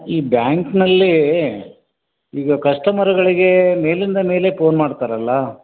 ಈ ಬ್ಯಾಂಕ್ನಲ್ಲೀ ಈಗ ಕಸ್ಟಮರ್ಗಳಿಗೆ ಮೇಲಿಂದ ಮೇಲೆ ಪೋನ್ ಮಾಡ್ತಾರಲ್ಲ